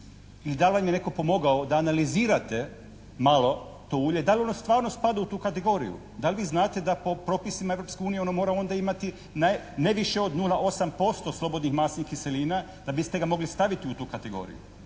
i da li vam je netko pomogao da analizirate malo to ulje da li ono stvarno spada u tu kategoriju. Da li vi znate da po propisima Europske unije ono mora onda imati ne više od 0,8% slobodnih masnih kiselina da biste ga mogli staviti u tu kategoriju.